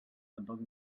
tampoc